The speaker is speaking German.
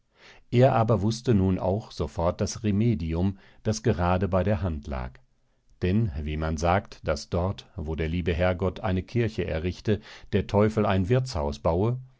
er aber wußte nun auch sofort das remedium das gerade bei der hand lag denn wie man sagt daß dort wo der liebe herrgott eine kirche errichte der teufel ein wirtshaus baue